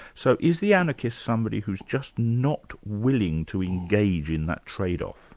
so is the anarchist somebody who's just not willing to engage in that trade-off?